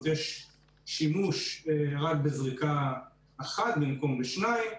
יש שימוש רק בזריקה אחת במקום בשתיים,